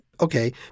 Okay